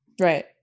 right